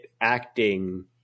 acting